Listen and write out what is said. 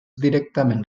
directament